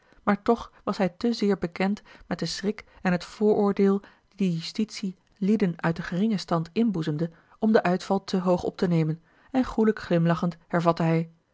maar toch was hij te zeer bekend met den schrik en het vooroordeel die de justitie lieden uit den geringen stand inboezemde om den uitval te hoog op te nemen en goêlijk glimlachend hervatte hij